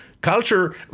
Culture